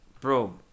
Bro